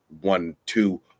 one-two